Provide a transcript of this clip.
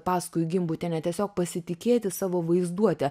paskui gimbutienę tiesiog pasitikėti savo vaizduote